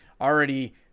already